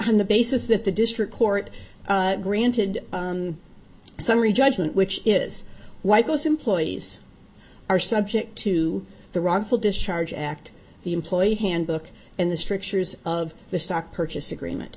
on the basis that the district court granted summary judgment which is why those employees are subject to the wrongful discharge act the employee handbook and the strictures of the stock purchase agreement